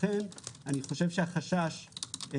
לכן החשש הוא